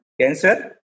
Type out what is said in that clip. Cancer